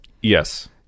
Yes